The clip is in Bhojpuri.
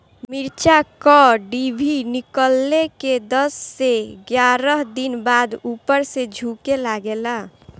मिरचा क डिभी निकलले के दस से एग्यारह दिन बाद उपर से झुके लागेला?